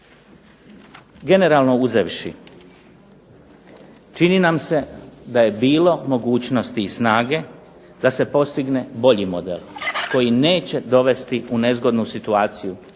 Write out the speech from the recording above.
Generalno uzevši čini nam se da je bilo mogućnosti i snage da se postigne bolji model koji neće dovesti u nezgodnu situaciju